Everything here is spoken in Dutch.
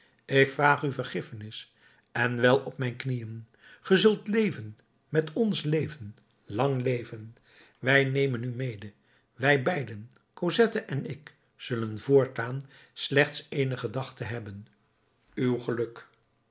ik vraag u vergiffenis en wel op mijn knieën ge zult leven met ons leven lang leven wij nemen u mede wij beiden cosette en ik zullen voortaan slechts ééne gedachte hebben uw geluk